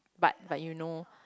but but you know